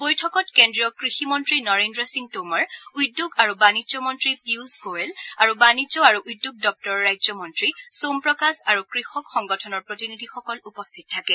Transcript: বৈঠকত কেন্দ্ৰীয় কৃষি মন্ত্ৰী নৰেন্দ্ৰ সিং টোমৰ উদ্যোগ আৰু বাণিজ্য মন্ত্ৰী পীয়ুষ গোৱেল আৰু বাণিজ্য আৰু উদ্যোগ দপ্তৰৰ ৰাজ্য মন্ত্ৰী সোম প্ৰকাশ আৰু কৃষক সংগঠনৰ প্ৰতিনিধিসকল উপস্থিত থাকে